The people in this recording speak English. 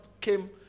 came